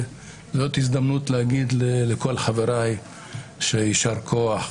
וזאת הזדמנות להגיד לכל חבריי יישר כוח.